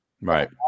right